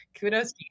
Kudos